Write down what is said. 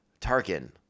Tarkin